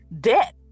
debt